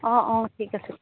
অঁ অঁ ঠিক আছে